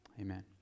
amen